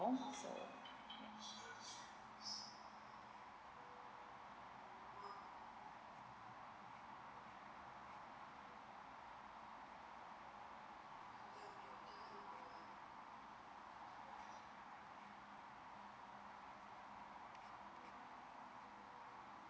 so ya